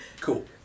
Cool